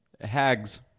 Hags